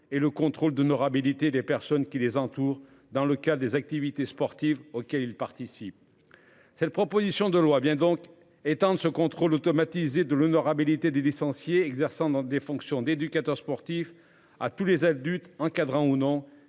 et le contrôle d'honorabilité des personnes qui les entourent. Dans le cas des activités sportives auxquelles il participe. Cette proposition de loi bien donc éteindre ce contrôle automatisé de l'honorabilité des licenciés exerçant dans des fonctions d'éducateur sportif à tous les adultes encadrants ou non